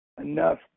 enough